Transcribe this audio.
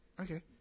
Okay